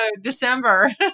December